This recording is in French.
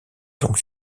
donc